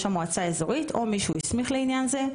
המועצה האזורית או מי שהוא הסמיך לעניין זה,